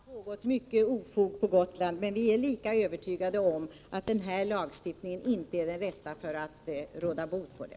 Herr talman! Vi är medvetna om att det har pågått mycket ofog på Gotland, men vi är lika övertygade om att denna lagstiftning inte är den rätta för att råda bot på det.